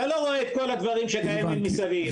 אתה לא רואה את כל הדברים שקיימים מסביב.